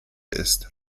ist